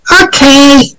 Okay